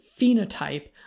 phenotype